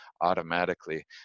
automatically